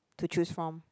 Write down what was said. to choose from